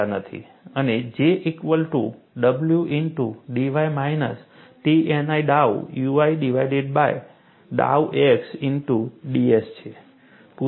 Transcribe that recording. અને J equal to W into dy minus Tni ડાઉ ui divided by ડાઉ x into ds છે